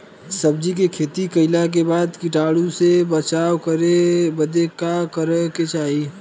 सब्जी के खेती कइला के बाद कीटाणु से बचाव करे बदे का करे के चाही?